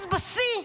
אז בשיא,